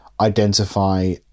identify